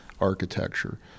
architecture